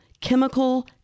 chemical